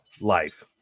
life